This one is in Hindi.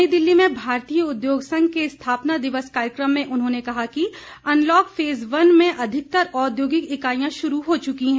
नई दिल्ली में भारतीय उद्योग संघ के स्थापना दिवस कार्यक्रम में उन्होंने कहा कि अनलॉक फेज़ वन में अधिकतर औद्योगिक इकाईयां शुरू हो चुकी हैं